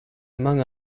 among